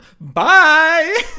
Bye